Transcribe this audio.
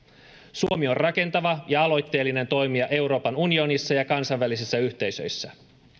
suomi on rakentava ja aloitteellinen toimija euroopan unionissa ja kansainvälisissä yhteisöissä